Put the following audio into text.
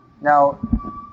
Now